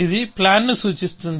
ఇది ప్లాన్ ను సూచిస్తుంది